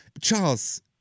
Charles